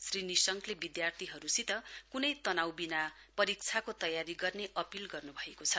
श्री निशंकले विद्यार्थीहरूसित क्नै तनाउबिना परीक्षाको तयारी गर्ने अपील गर्नू भएको छ